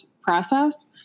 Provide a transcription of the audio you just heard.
process